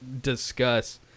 discuss